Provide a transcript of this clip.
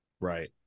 Right